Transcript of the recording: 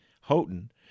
Houghton